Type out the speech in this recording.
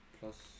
plus